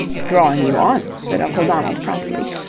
drawing you on, said uncle donald, promptly.